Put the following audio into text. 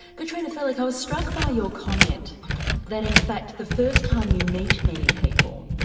katrina firlik i was struck by your comment that in fact the first time you meet many people,